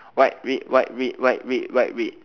white red white red white red white red